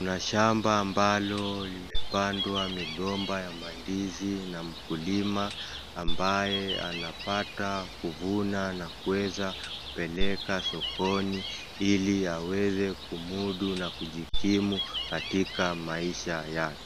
Shamba ambalo imepandwa migomba ya mandizi na mkulima, ambaye anapata kuvuna na kuweza kupeleka sokoni, ili aweze kumudu na kujikimu katika maisha yake.